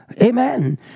amen